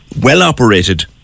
well-operated